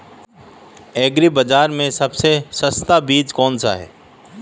Agree बाज़ार में सबसे सस्ता बीज कौनसा है?